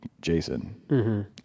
Jason